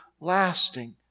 lasting